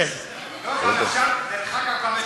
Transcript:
דרך אגב,